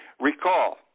Recall